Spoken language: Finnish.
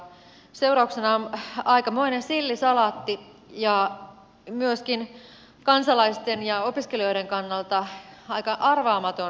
seurauksena on aikamoinen sillisalaatti ja myöskin kansalaisten ja opiskelijoiden kannalta aika arvaamaton lakipaketti